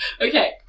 Okay